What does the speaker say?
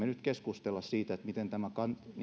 nyt siihen miten tämä